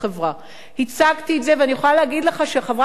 הצגתי את זה ואני יכולה להגיד לך שחברת הכנסת הגרמנייה